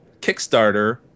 Kickstarter